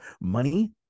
money